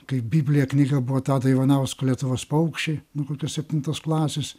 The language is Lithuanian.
kaip biblija knyga buvo tado ivanausko lietuvos paukščiai nuo kokios septintos klasės